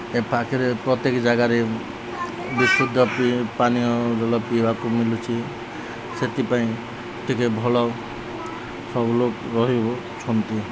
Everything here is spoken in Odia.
ଏ ପାଖରେ ପ୍ରତ୍ୟେକ ଜାଗାରେ ବିଶୁଦ୍ଧ ପିଇ ପାନୀୟ ପିଇବାକୁ ମିଲୁଛି ସେଥିପାଇଁ ଟିକେ ଭଲ ସବୁ ଲୋକ ରହି ହଉଛନ୍ତି